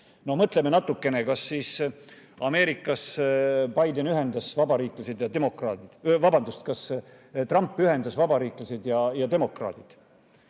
Mõtleme natukene! Kas Ameerikas Biden ühendas vabariiklased ja demokraadid? Vabandust, kas Trump ühendas vabariiklased ja demokraadid?